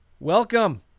Welcome